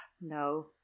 No